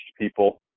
people